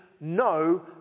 no